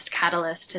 catalyst